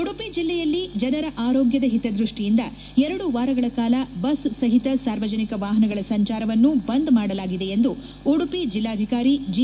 ಉಡುಪಿ ಜಿಲ್ಲೆಯಲ್ಲಿ ಜನರ ಆರೋಗ್ಟದ ಹಿತದೃಷ್ಟಿಯಿಂದ ಎರಡು ವಾರಗಳ ಕಾಲ ಬಸ್ ಸಹಿತ ಸಾರ್ವಜನಿಕ ವಾಹನಗಳ ಸಂಚಾರವನ್ನು ಬಂದ್ ಮಾಡಲಾಗಿದೆ ಎಂದು ಉಡುಪಿ ಜಿಲ್ಲಾಧಿಕಾರಿ ಜಿ